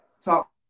talk